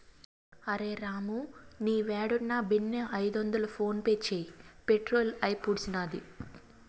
అరె రామూ, నీవేడున్నా బిన్నే ఐదొందలు ఫోన్పే చేయి, పెట్రోలు అయిపూడ్సినాది